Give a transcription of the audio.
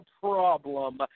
problem